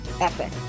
epic